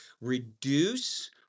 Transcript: reduce